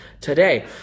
today